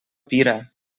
pira